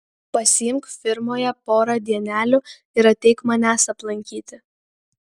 pasiimk firmoje porą dienelių ir ateik manęs aplankyti